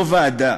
לא ועדה,